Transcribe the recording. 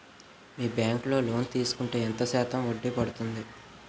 మీ bank లో loan తీసుకుంటే ఎంత శాతం వడ్డీ పడ్తుంది?